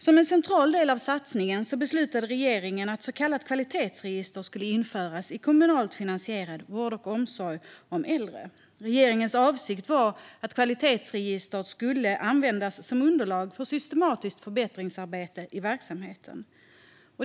Som en central del av satsningen beslutade regeringen att ett så kallat kvalitetsregister skulle införas i kommunalt finansierad vård och omsorg om äldre. Regeringens avsikt var att kvalitetsregistret skulle användas som underlag för systematiskt förbättringsarbete i verksamheten.